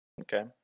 Okay